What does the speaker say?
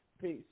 Peace